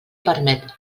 permet